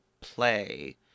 play